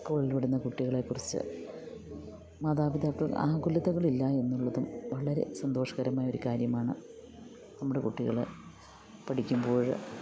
സ്കൂളിൽ വിടുന്ന കുട്ടികളെ കുറിച്ചു മാതാപിതാക്കൾ ആകുലതകൾ ഇല്ല എന്നുള്ളതും വളരെ സന്തോഷകരമായ ഒരു കാര്യമാണ് നമ്മുടെ കുട്ടികൾ പഠിക്കുമ്പോൾ